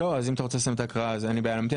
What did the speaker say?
אם אתה רוצה לסיים את הקריאה אז אין בעיה להמתין,